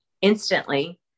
instantly